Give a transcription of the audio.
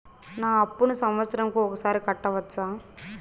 నా అప్పును సంవత్సరంకు ఒకసారి కట్టవచ్చా?